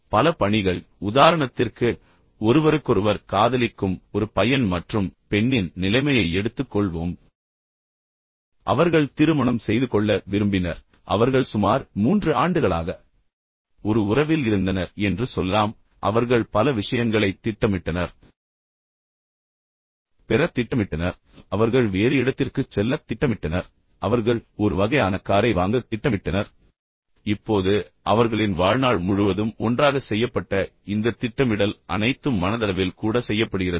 பல பணிகள் உதாரணத்திற்கு ஒருவருக்கொருவர் காதலிக்கும் ஒரு பையன் மற்றும் பெண்ணின் நிலைமையை எடுத்துக்கொள்வோம் பின்னர் அவர்கள் திருமணம் செய்து கொள்ள விரும்பினர் அவர்கள் சுமார் மூன்று ஆண்டுகளாக ஒரு உறவில் இருந்தனர் என்று சொல்லலாம் அவர்கள் பல விஷயங்களைத் திட்டமிட்டனர் அவர்கள் குழந்தைகளைப் பெறத் திட்டமிட்டனர் அவர்கள் வேறு இடத்திற்குச் செல்லத் திட்டமிட்டனர் அவர்கள் ஒரு வகையான காரை வாங்கத் திட்டமிட்டனர் இப்போது அவர்களின் வாழ்நாள் முழுவதும் ஒன்றாகச் செய்யப்பட்ட இந்த திட்டமிடல் அனைத்தும் மனதளவில் கூட செய்யப்படுகிறது